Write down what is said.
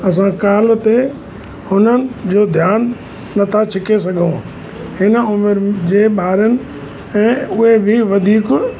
असां कल्ह ते हुननि जो ध्यानु नथा छिके सघूं हिन उमिरि जे ॿारनि ऐं उहे बि वधीक